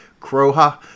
Croha